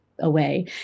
away